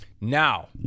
Now